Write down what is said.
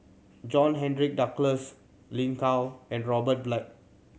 John Henry Duclos Lin Gao and Robert Black